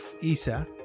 ISA